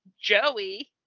Joey